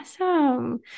Awesome